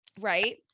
right